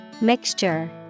Mixture